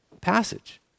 passage